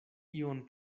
ion